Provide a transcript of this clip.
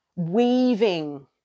weaving